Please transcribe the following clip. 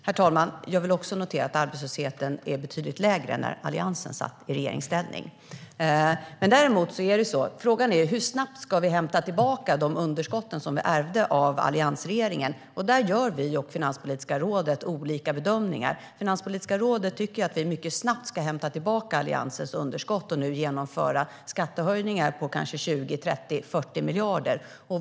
Herr talman! Jag vill också notera att arbetslösheten är betydligt lägre nu än när Alliansen satt i regeringsställning. Däremot är frågan: Hur snabbt ska vi hämta tillbaka de underskott som vi ärvde av alliansregeringen? Där gör vi och Finanspolitiska rådet olika bedömningar. Finanspolitiska rådet tycker att vi mycket snabbt ska hämta tillbaka Alliansens underskott och att vi nu ska genomföra skattehöjningar på kanske 20, 30, 40 miljarder.